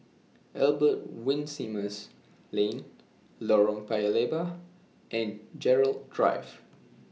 Albert Winsemius Lane Lorong Paya Lebar and Gerald Drive